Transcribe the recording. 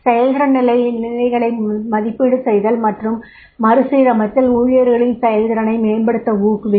செயல்திறன் நிலைகளை மதிப்பீடு செய்தல் மற்றும் மறுசீரமைத்தல் ஊழியர்களின் செயல்திறனை மேம்படுத்த ஊக்குவிக்கும்